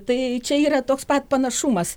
tai čia yra toks pat panašumas